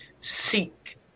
Seek